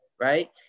right